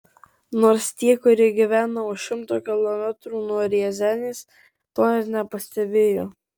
nors tie kurie gyvena už šimto kilometrų nuo riazanės to net nepastebėjo